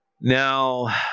Now